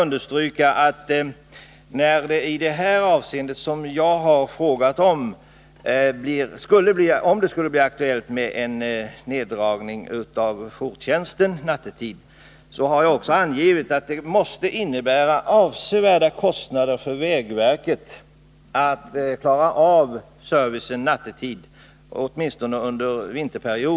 Jag vill också än en gång understryka det jag angivit i min fråga, nämligen att om det skulle bli aktuellt med en neddragning av jourtjänsten nattetid för färjetrafiken vid Bjursundsström, så kommer detta att innebära avsevärda kostnader för vägverket när det gäller att klara av servicen nattetid, åtminstone under vinterhalvåret.